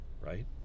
Right